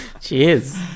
Cheers